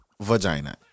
vagina